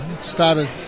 Started